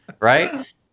right